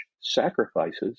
sacrifices